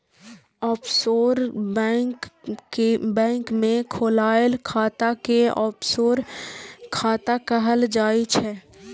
offshore bank मे खोलाएल खाता कें ऑफसोर खाता कहल जाइ छै